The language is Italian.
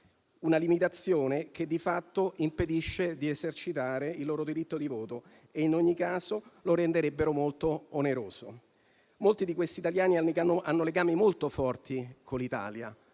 Una limitazione che, di fatto, impedisce di esercitare il loro diritto di voto e in ogni caso lo renderebbe molto oneroso. Molti di questi italiani hanno legami molto forti con l'Italia,